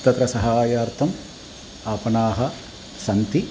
तत्र सहायार्थम् आपणाः सन्ति